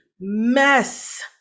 mess